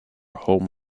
home